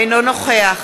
אינו נוכח